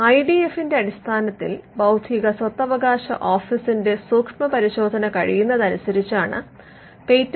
I D എഫിന്റെ അടിസ്ഥാനത്തിൽ ബൌദ്ധിക സ്വത്തവകാശ ഓഫീസിന്റെ സൂക്ഷ്മപരിശോധന കഴിയുന്നതനുസരിച്ചാണ് പേറ്റന്റെബിലിറ്റി തിരച്ചിൽ റിപ്പോർട്ട് പുറത്തുവിടുന്നത്